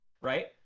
right